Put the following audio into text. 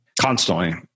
constantly